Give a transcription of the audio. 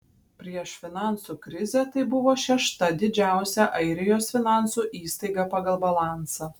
prieš finansų krizę tai buvo šešta didžiausia airijos finansų įstaiga pagal balansą